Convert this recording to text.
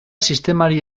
sistemari